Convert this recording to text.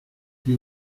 più